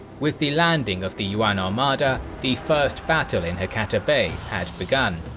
with the landing of the yuan armada, the first battle in hakata bay had begun.